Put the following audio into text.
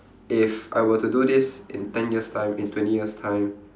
if I were to do this in ten years' time in twenty years' time